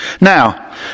Now